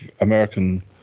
American